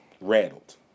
rattled